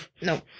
no